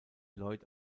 lloyd